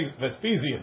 Vespasian